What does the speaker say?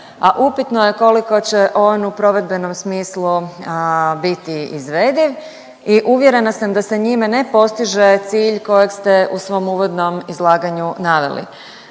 upitno je koliko će on u provedbenom smislu biti izvediv i uvjerena sam da se njime ne postiže cilj kojeg ste u svom uvodnom izlaganju naveli.